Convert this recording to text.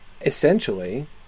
essentially